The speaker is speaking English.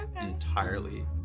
Entirely